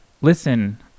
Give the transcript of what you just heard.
listen